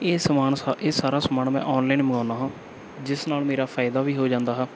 ਇਹ ਸਮਾਨ ਸਾ ਇਹ ਸਾਰਾ ਸਮਾਨ ਮੈਂ ਔਨਲਾਈਨ ਮੰਗਵਾਉਂਦਾ ਜਿਸ ਨਾਲ ਮੇਰਾ ਫਾਇਦਾ ਵੀ ਹੋ ਜਾਂਦਾ ਹੈ